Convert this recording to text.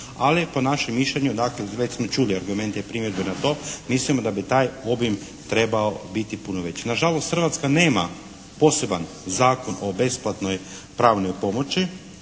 Ali po našem mišljenju dakle već smo čuli argumente i primjedbe na to mislimo da bi taj obim trebao biti puno veći. Nažalost Hrvatska nema poseban Zakon o besplatnoj pravnoj pomoći